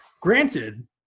Granted